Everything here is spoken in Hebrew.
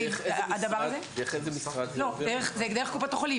דרך קופות החולים.